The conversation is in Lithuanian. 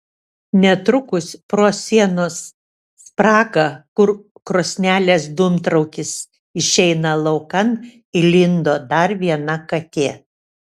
netrukus pro sienos spragą kur krosnelės dūmtraukis išeina laukan įlindo dar viena katė